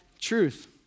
truth